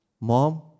Mom